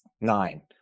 nine